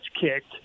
kicked